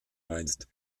meinst